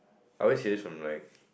are we serious from like